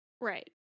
Right